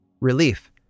Relief